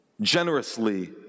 generously